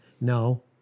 No